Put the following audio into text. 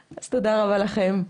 אז תודה רבה לכם,